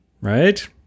Right